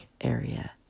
area